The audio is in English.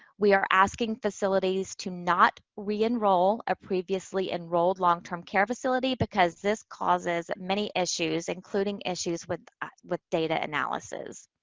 we are asking facilities to not re-enroll a previously enrolled long-term care facility, because this causes many issues, including issues with with data analysis.